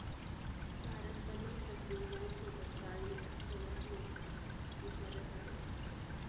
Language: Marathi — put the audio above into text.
भारत पन्नास टक्के यांसोबत डाळींचा सगळ्यात मोठा उत्पादक आहे